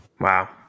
Wow